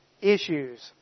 issues